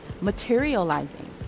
materializing